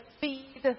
feed